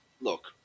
look